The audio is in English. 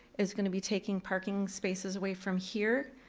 is gonna be taking parking spaces away from here,